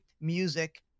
music